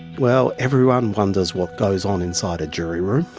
well everyone wonders what goes on inside a jury room,